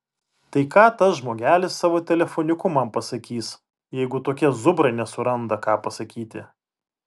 tai ką tas žmogelis savo telefoniuku man pasakys jeigu tokie zubrai nesuranda ką pasakyti